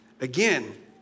again